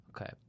Okay